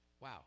Wow